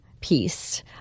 piece